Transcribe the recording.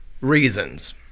reasons